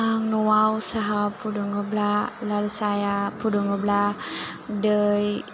आं न'आव साहा फुदुङोब्ला लाल साहाया फुदुङोब्ला दै